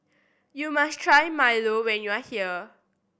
you must try Milo when you are here